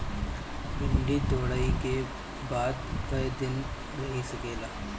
भिन्डी तुड़ायी के बाद क दिन रही सकेला?